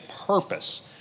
purpose